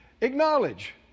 Acknowledge